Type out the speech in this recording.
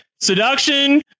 seduction